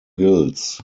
guilds